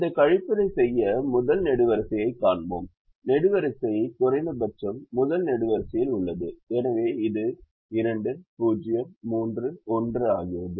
இந்த கழிப்பதைச் செய்ய முதல் நெடுவரிசையயை காண்போம் நெடுவரிசை குறைந்தபட்சம் முதல் நெடுவரிசையில் உள்ளது எனவே இது 2 0 3 1 ஆகிறது